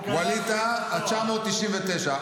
ווליד טאהא ה-999.